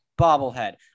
bobblehead